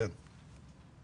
לכן